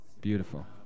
Beautiful